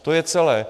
To je celé.